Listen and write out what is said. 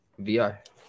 VR